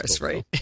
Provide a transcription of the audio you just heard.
right